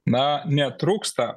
na netrūksta